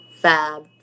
fab